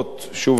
שוב אני אומר,